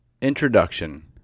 Introduction